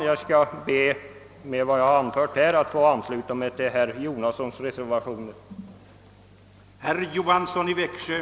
Jag ber med det anförda att få yrka bifall att reservationen 5.2 c av herr Jonasson.